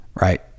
right